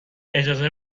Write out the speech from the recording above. اجازه